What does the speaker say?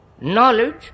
knowledge